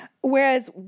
Whereas